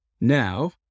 Now